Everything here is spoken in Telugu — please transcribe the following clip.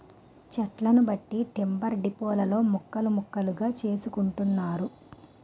చెట్లను బట్టి టింబర్ డిపోలలో ముక్కలు ముక్కలుగా చేసుకుంటున్నారు